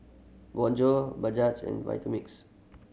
Bonjour and Vitamix